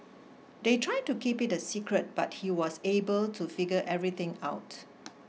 they try to keep it a secret but he was able to figure everything out